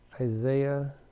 Isaiah